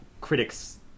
critics